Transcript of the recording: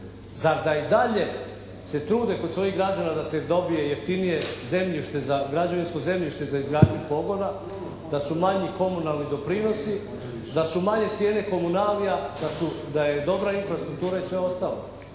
Zar da i dalje se trude kod svojih građana da se dobije jeftinije zemljište, građevinsko zemljište za izgradnju pogona, da su manji komunalni doprinosi, da su manje cijene komunalija, da je dobra infrastruktura i sve ostalo.